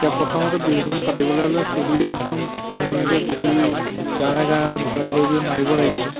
এতিয়া প্ৰথমতে বিহুখন পাতিবলৈ হ'লে চবেইতো একদম ধুনীয়াকৈ বিহু গাঁৱে গাঁৱে ঘৰে ঘৰে গৈ মাৰিব লাগিব